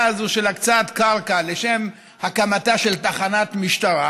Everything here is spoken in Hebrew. הזאת של הקצאת קרקע לשם הקמתה של תחנת משטרה,